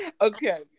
Okay